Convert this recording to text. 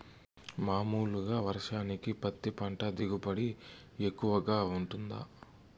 మామూలుగా వర్షానికి పత్తి పంట దిగుబడి ఎక్కువగా గా వుంటుందా?